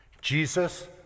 Jesus